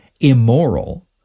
immoral